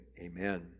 Amen